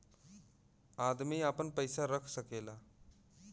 अदमी आपन पइसा रख सकेला